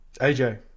aj